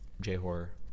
J-Horror